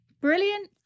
brilliant